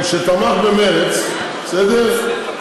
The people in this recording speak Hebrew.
שתמך במרצ, בסדר?